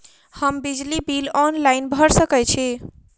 हम बिजली bill online भैर सकै छी?